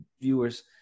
viewers